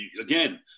again